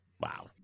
Wow